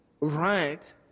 right